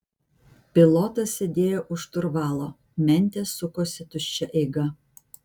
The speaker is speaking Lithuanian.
pilotas sėdėjo už šturvalo mentės sukosi tuščia eiga